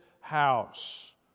house